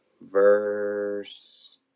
verse